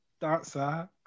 dancer